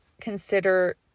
consider